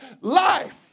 life